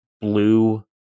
blue